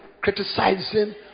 criticizing